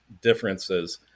differences